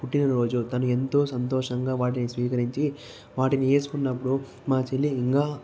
పుట్టినరోజు తను ఎంతో సంతోషంగా వాటిని స్వీకరించి వాటిని వేసుకున్నప్పుడు మా చెల్లి ఇంకా